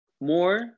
more